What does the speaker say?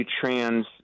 trans